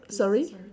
sorry